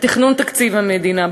בתכנון תקציב המדינה,